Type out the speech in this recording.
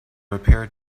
repair